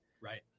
right